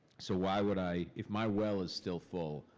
so why would i. if my well is still full,